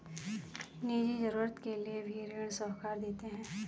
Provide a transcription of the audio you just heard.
निजी जरूरत के लिए भी ऋण साहूकार देते हैं